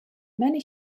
many